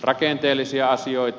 rakenteellisia asioita